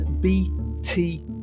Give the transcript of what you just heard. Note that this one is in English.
bt